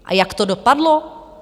A jak to dopadlo?